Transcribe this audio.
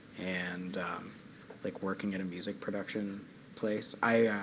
and like working at a music production place, i